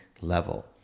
level